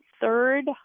third